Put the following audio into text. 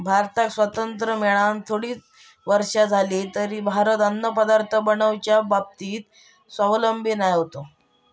भारताक स्वातंत्र्य मेळान थोडी वर्षा जाली तरी भारत अन्नपदार्थ बनवच्या बाबतीत स्वावलंबी नाय होतो